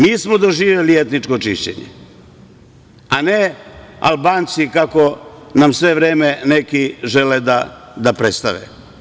Mi smo doživeli etničko čišćenje, a ne Albanci, kako nam sve vreme neki žele da predstave.